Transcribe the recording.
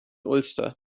ulster